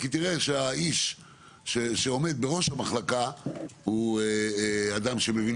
ותראה שהאיש שעומד בראש המחלקה הוא אדם שמבין